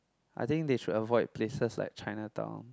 I think they should avoid places like Chinatown